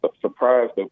surprised